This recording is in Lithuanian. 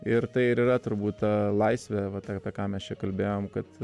ir tai ir yra turbūt ta laisvė vat apie ką mes čia kalbėjom kad